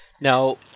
Now